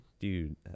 dude